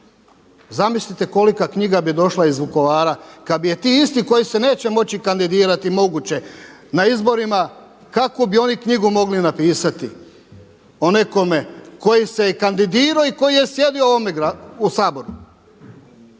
Zamislite kolika knjiga bi došla iz Vukovara kada bi ti isti koji se neće moći kandidirati moguće na izborima, kavu bi oni knjigu mogli napisati o nekome koji se je kandidirao i koji je sjedio u Saboru.